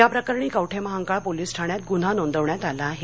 या प्रकरणी कवठेमहांकाळ पोलीस ठाण्यात गुन्हा नोंदवण्यात आला आहे